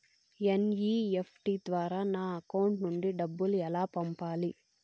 NEFT ద్వారా నా account నుండి డబ్బులు ఎలా పంపాలి